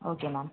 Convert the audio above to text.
okay ma'am